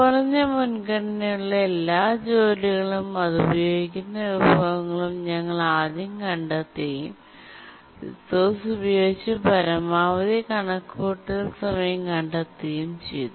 കുറഞ്ഞ മുൻഗണനയുള്ള എല്ലാ ജോലികളും അത് ഉപയോഗിക്കുന്ന വിഭവങ്ങളും ഞങ്ങൾ ആദ്യം കണ്ടെത്തുകയും റിസോഴ്സ് ഉപയോഗിച്ച് പരമാവധി കണക്കുകൂട്ടൽ സമയം കണ്ടെത്തുകയും ചെയ്യുന്നു